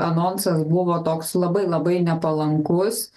anonsas buvo toks labai labai nepalankus